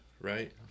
Right